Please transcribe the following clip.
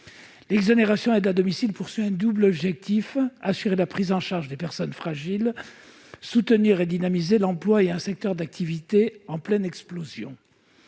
L'exonération « aide à domicile » vise un double objectif : assurer la prise en charge des personnes fragiles ; soutenir et dynamiser l'emploi dans un secteur d'activité en pleine explosion.